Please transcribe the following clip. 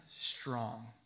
strong